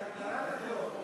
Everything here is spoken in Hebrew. הדרת הטרור.